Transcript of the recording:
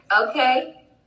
Okay